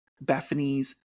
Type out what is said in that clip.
Bethany's